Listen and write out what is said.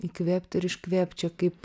įkvėpt ir iškvėpt čia kaip